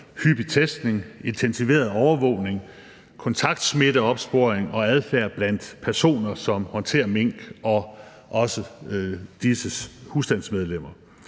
hyppig testning, intensiveret overvågning, kontakt- og smitteopsporing og adfærd blandt personer, som håndterer mink, og disses husstandsmedlemmer.